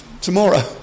tomorrow